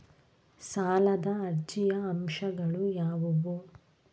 ಸಾಲದ ಅರ್ಜಿಯ ಅಂಶಗಳು ಯಾವುವು?